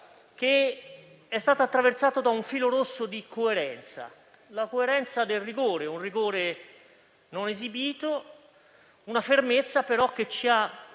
che è stato attraversato da un filo rosso di coerenza. La coerenza del rigore; un rigore non esibito, ma con una fermezza che ci ha